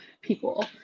people